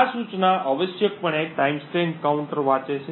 આ સૂચના આવશ્યકપણે ટાઇમસ્ટેમ્પ કાઉન્ટર વાંચે છે